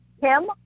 Kim